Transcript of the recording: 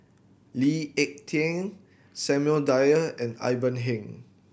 Lee Ek Tieng Samuel Dyer and Ivan Heng